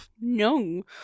No